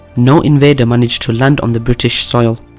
no invader managed to land on the british soil.